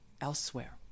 elsewhere